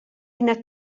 ina